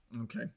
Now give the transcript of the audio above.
Okay